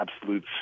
absolute